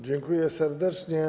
Dziękuję serdecznie.